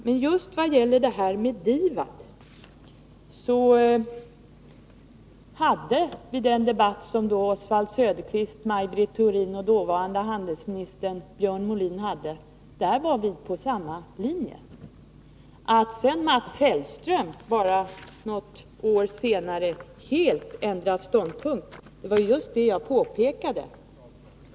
Men just vad det gäller DIVAD var vi på samma linje i den debatt som Oswald Söderqvist, Maj Britt Theorin och dåvarande handelsministern Björn Molin hade. Att Mats Hellström bara något år senare helt ändrat ståndpunkt, det var just vad jag påpekade.